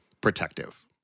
protective